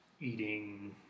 eating